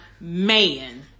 man